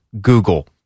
Google